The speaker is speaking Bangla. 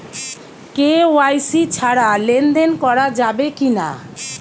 কে.ওয়াই.সি ছাড়া লেনদেন করা যাবে কিনা?